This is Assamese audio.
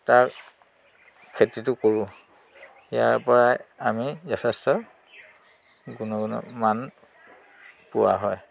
তাৰ খেতিটো কৰোঁ ইয়াৰ পৰাই আমি যথেষ্ট গুণগত মান পোৱা হয়